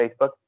Facebook